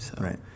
Right